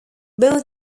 both